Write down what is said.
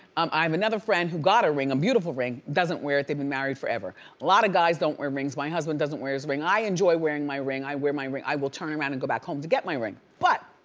um i have another friend who got a ring a beautiful ring, doesn't wear it they've been married forever. a lot of guys don't wear rings, my husband doesn't wear his ring. i enjoy wearing my ring, i wear my ring. i will turn around and go back home to get my ring. but,